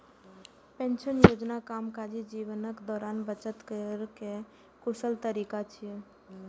pension योजना कामकाजी जीवनक दौरान बचत केर कर कुशल तरीका छियै